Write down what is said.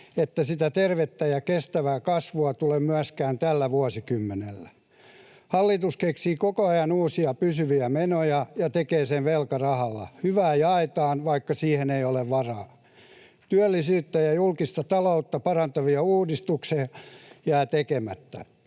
ettei sitä tervettä ja kestävää kasvua tule myöskään tällä vuosikymmenellä. Hallitus keksii koko ajan uusia pysyviä menoja ja tekee sen velkarahalla. Hyvää jaetaan, vaikka siihen ei ole varaa. Työllisyyttä ja julkista taloutta parantavia uudistuksia jää tekemättä.